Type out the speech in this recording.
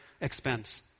expense